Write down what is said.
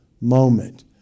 moment